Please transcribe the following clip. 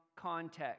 context